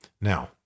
Now